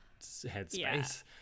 headspace